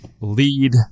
lead